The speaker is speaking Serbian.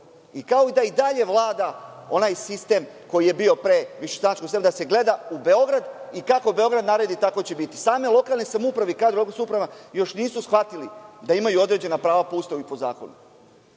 i kao da i dalje vlada onaj sistem koji je bio pre višestranačja u Srbiji, da se gleda u Beograd i kako Beograd naredi, tako će biti. Same lokalne samouprave još nisu shvatile da imaju određena prava po Ustavu i po zakonu. Morate